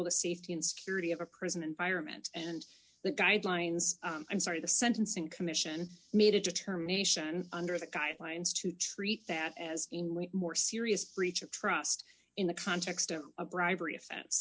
the safety and security of a prison environment and the guidelines i'm sorry the sentencing commission made a determination under the guidelines to treat that as being one more serious breach of trust in the context of bribery